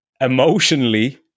emotionally